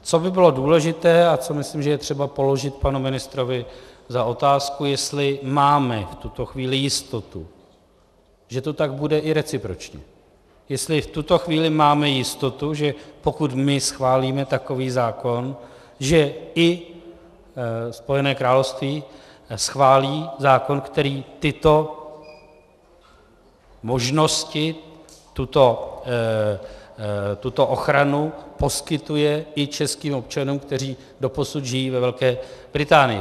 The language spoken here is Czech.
Co by bylo důležité a co myslím, že je třeba položit panu ministrovi za otázku, je, jestli máme v tuto chvíli jistotu, že to tak bude i recipročně, jestli v tuto chvíli máme jistotu, že pokud my schválíme takový zákon, že i Spojené království schválí zákon, který tyto možnosti, tuto ochranu poskytuje i českým občanům, kteří doposud žijí ve Velké Británii.